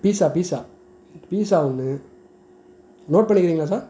pizza pizza pizza ஒன்று note பண்ணிக்கிறீங்களா sir